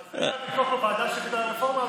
אבל זה היה הוויכוח בוועדה שדיברה על הרפורמה,